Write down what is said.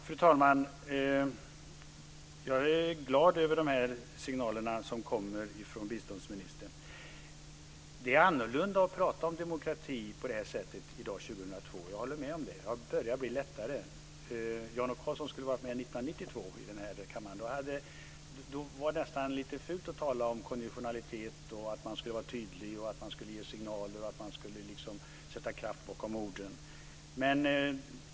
Fru talman! Jag är glad över de signaler som kommer från biståndsministern. Vi pratar om demokrati på ett annat sätt i dag - år 2002. Jag håller med om det. Det börjar bli lättare. Jan O Karlsson skulle ha varit med 1992 i denna kammare. Då var det nästan lite fult att tala om konditionalitet och att man skulle vara tydlig, ge signaler och sätta kraft bakom orden.